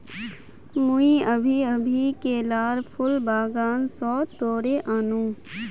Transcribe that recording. मुई अभी अभी केलार फूल बागान स तोड़े आन नु